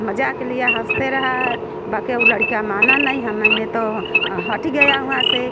मज़ाक किया हंसते रहा बाक़ी वो लड़का माना नहीं हाँ मैंने तो हट गया वहाँ से